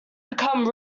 become